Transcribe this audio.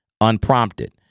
unprompted